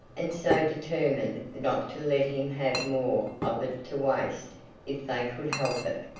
and so determined not to let him have more of it to waste if they could help it,